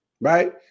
Right